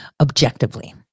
objectively